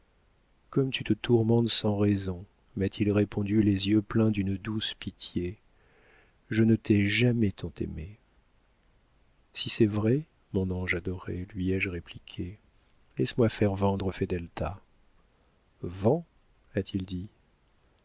comme tu te tourmentes sans raison m'a-t-il répondu les yeux pleins d'une douce pitié je ne t'ai jamais tant aimée si c'est vrai mon ange adoré lui ai-je répliqué laisse-moi faire vendre fedelta vends a-t-il dit